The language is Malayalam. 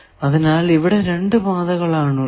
അതിനാൽ ഇവിടെ രണ്ടു പാതകൾ ആണ് ഉള്ളത്